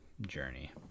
journey